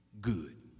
good